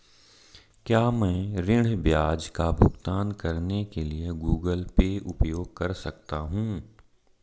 क्या मैं ऋण ब्याज का भुगतान करने के लिए गूगल पे उपयोग कर सकता हूं?